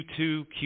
q2